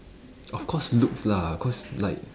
of course looks lah cause like